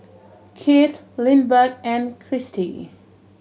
Kieth Lindbergh and Krystle